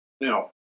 Now